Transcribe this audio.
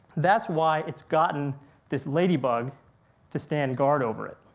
that's why it's gotten this ladybug to stand guard over it.